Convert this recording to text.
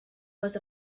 was